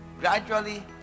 gradually